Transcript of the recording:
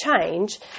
change